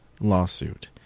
lawsuit